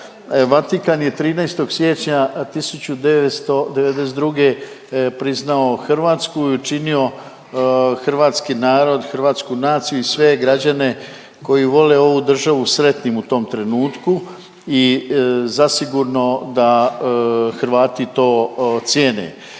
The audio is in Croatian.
Vatikan je 13. siječnja 1992. priznao Hrvatsku i učinio hrvatski narod, hrvatsku naciju i sve građane koji vole ovu državu sretnim u tom trenutku i zasigurno da Hrvati to cijene.